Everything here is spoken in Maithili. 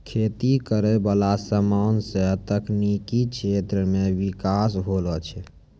खेती करै वाला समान से तकनीकी क्षेत्र मे बिकास होलो छै